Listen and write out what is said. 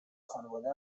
خانواده